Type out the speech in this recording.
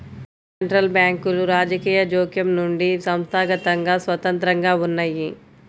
central బ్యాంకులు రాజకీయ జోక్యం నుండి సంస్థాగతంగా స్వతంత్రంగా ఉన్నయ్యి